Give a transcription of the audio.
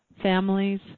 families